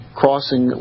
crossing